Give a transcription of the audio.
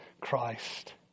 Christ